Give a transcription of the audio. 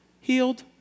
healed